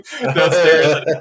downstairs